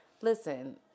Listen